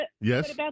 Yes